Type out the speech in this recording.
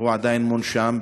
והוא עדיין מונשם,